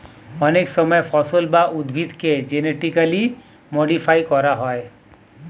অনেক সময় ফসল বা উদ্ভিদকে জেনেটিক্যালি মডিফাই করা হয়